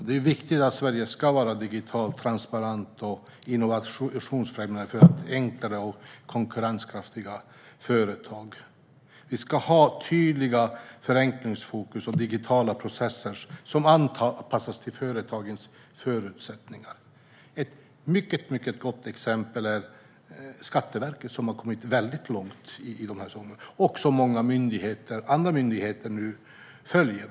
Det är viktigt att Sverige är digitalt, transparent och innovationsfrämjande för att enklare ha konkurrenskraftiga företag. Vi ska ha tydliga förenklingsfokus och digitala processer som anpassas till företagens förutsättningar. Ett mycket gott exempel är Skatteverket, som har kommit långt i dessa frågor. Många andra myndigheter följer nu efter.